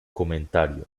comentario